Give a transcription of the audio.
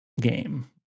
game